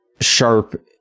sharp